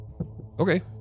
Okay